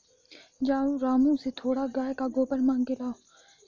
जाओ रामू से थोड़ा गाय का गोबर मांग के लाओ